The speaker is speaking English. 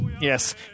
yes